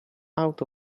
out